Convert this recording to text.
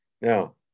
Now